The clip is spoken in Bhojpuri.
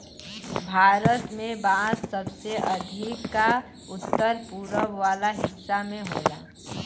भारत में बांस सबसे अधिका उत्तर पूरब वाला हिस्सा में होला